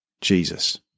Jesus